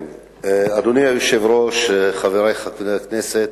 אדוני היושב-ראש, חברי חברי הכנסת,